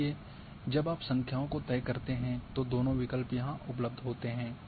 इसलिए जब आप संख्याओं को तय करते हैं तो दोनों विकल्प यहाँ उपलब्ध होते हैं